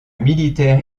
militaire